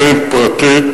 אדוני.